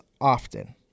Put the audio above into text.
often